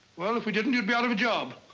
well, if we didn't you'd be out of a job.